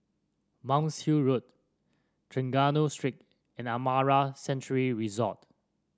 Monk's Hill Road Trengganu Street and Amara Sanctuary Resort